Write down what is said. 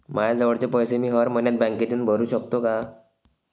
मायाजवळचे पैसे मी हर मइन्यात बँकेत येऊन भरू सकतो का?